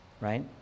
right